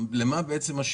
המוצע?